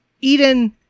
Eden-